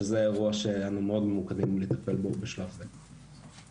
שזה אירוע שאנחנו מאוד ממוקדים לטפל בו בשלב זה.